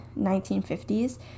1950s